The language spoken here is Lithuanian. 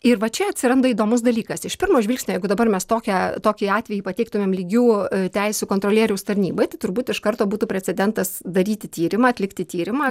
ir va čia atsiranda įdomus dalykas iš pirmo žvilgsnio jeigu dabar mes tokią tokį atvejį pateiktumėm lygių teisių kontrolieriaus tarnybai tai turbūt iš karto būtų precedentas daryti tyrimą atlikti tyrimą